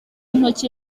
intoki